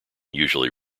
usually